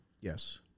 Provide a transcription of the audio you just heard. Yes